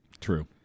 true